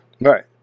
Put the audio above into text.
right